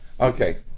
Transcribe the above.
Okay